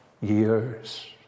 years